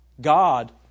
God